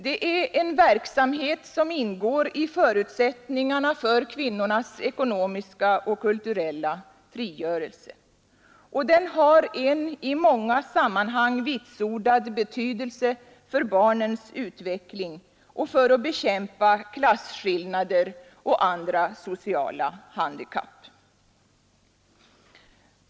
Det är en verksamhet som ingår i förutsättningarna för kvinnornas ekonomiska och kulturella frigörelse, och den har en i många sammanhang vitsordad betydelse för barnens utveckling och för att bekämpa klasskillnader och andra sociala handikapp.